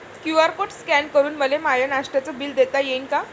QR code scan करून मले माय नास्त्याच बिल देता येईन का?